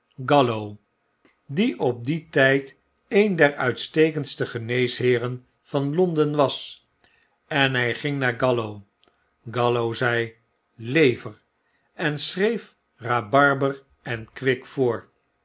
die op dien tyd een der uitstekendste geneesheeren van londen was en hy ging naar callow callow zei lever en schreef rabarber en kwik voor